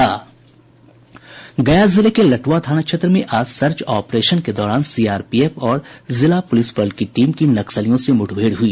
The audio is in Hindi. गया जिले के लटुआ थाना क्षेत्र में आज सर्च ऑपरेशन के दौरान सीआरपीएफ और जिला प्रलिस बल की टीम की नक्सलियों से मुठभेड़ हुई